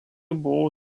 buvo